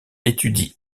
étudie